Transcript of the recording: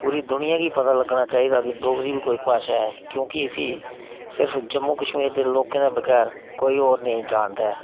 पूरी दूनियां गी पता लग्गना चाहिदा कि डोगरी बी कोई भाशा ऐ क्योंकि इसी सिर्फ जम्मू कश्मीर दे लोकें दे बगैर कोई होर नेईं जानदा ऐ